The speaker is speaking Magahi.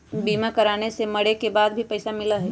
बीमा कराने से मरे के बाद भी पईसा मिलहई?